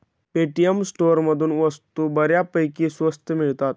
Paytm स्टोअरमधून वस्तू बऱ्यापैकी स्वस्त मिळतात